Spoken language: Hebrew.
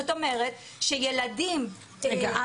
זאת אומרת שילדים --- רגע,